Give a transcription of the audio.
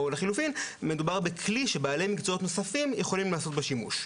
או שלחילופין מדובר בכלי שבעלי מקצועות נוספים יכולים לעשות בו שימוש.